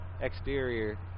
exterior